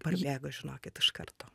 parbėga žinokit iš karto